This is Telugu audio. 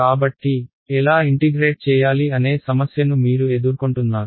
కాబట్టి ఎలా ఇంటిగ్రేట్ చేయాలి అనే సమస్యను మీరు ఎదుర్కొంటున్నారు